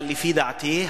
אבל לפי דעתי,